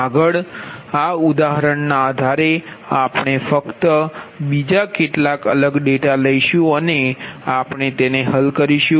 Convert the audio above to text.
આગળ આ ઉદાહરણના આધારે આપણે ફક્ત બીજા કેટલાક અલગ ડેટા લઈશું અને આપણે તેને હલ કરીશું